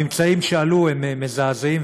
הממצאים שעלו הם מזעזעים,